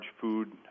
food